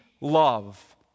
love